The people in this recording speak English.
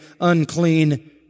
unclean